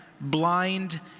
blind